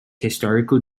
historical